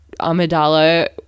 Amidala